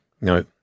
No